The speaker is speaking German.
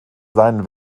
seinen